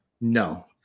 No